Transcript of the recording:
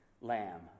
lamb